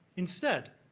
instead,